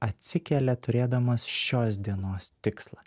atsikelia turėdamas šios dienos tikslą